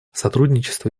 сотрудничество